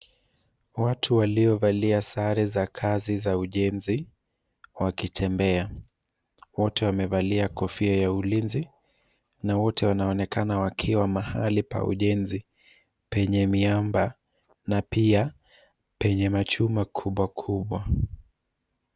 Watu waliovalia sare za kazi za ujenzi wakitembea. Wote wamevalia kofia za ulinzi, na wanaonekana wakiwa katika eneo la ujenzi lenye miamba na pia lenye machuma makubwa.